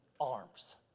arms